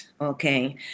Okay